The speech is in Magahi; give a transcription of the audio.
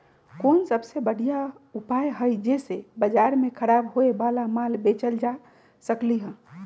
कोन सबसे बढ़िया उपाय हई जे से बाजार में खराब होये वाला माल बेचल जा सकली ह?